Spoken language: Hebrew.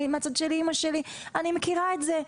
מהצד של אימא שלי, אני מכירה את זה.